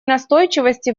настойчивости